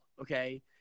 Okay